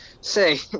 Say